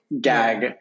gag